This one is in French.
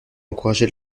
encouragé